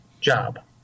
job